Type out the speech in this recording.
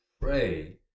pray